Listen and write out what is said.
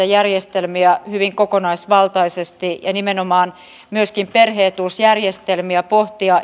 järjestelmiä hyvin kokonaisvaltaisesti ja nimenomaan myöskin perhe etuusjärjestelmiä pohtia